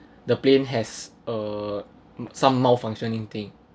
the plane has uh some malfunctioning thing